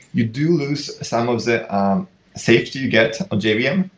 you do lose some of the safety you get of jvm, yeah um